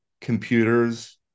computers